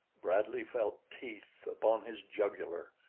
bradley felt teeth upon his jugular.